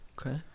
Okay